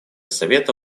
совета